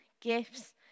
gifts